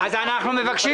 אנחנו מבקשים